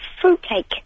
fruitcake